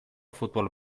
futbol